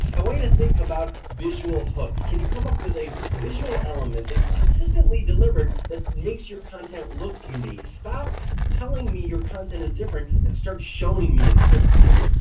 to think about visual hooks, can you come up with a visual element that's consistently delivered that makes your content look unique. stop telling me your content is different and start showing me it's different.